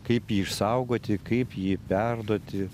kaip jį išsaugoti kaip jį perduoti